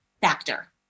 factor